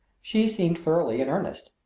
she seemed thoroughly in earnest,